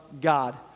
God